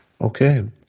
Okay